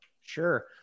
Sure